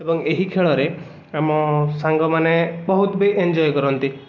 ଏବଂ ଏହି ଖେଳରେ ଆମ ସାଙ୍ଗମାନେ ବହୁତ ବି ଏନ୍ଜୟ କରନ୍ତି